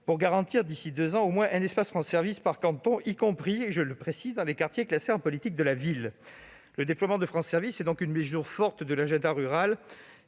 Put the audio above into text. pour garantir d'ici deux ans au moins un espace France Services par canton, y compris- je le précise -dans les quartiers de la politique de la ville. Le déploiement de France Services est une mesure forte de l'agenda rural.